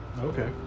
Okay